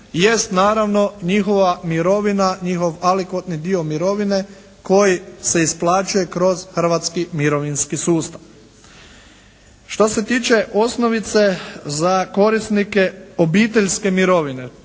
mirovina, njihov alikotni dio mirovine koji se isplaćuje kroz Hrvatski mirovinski sustav. Što se tiče osnovice za korisnike obiteljske mirovine